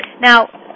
Now